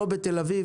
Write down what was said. לא בתל-אביב,